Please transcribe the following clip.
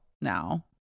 now